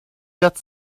got